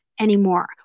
anymore